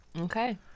okay